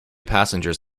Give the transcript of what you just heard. passengers